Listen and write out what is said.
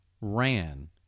ran